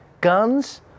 guns